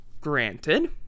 granted